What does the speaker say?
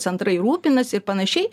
centrai rūpinasi panašiai